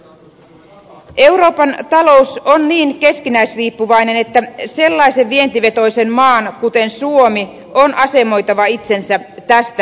euroopan talous on niin keskinäisriippuvainen että sellaisen vientivetoisen maan kuten suomi on asemoitava itsensä tästä näkökulmasta